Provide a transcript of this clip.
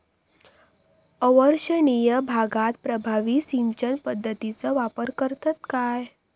अवर्षणिय भागात प्रभावी सिंचन पद्धतीचो वापर करतत काय?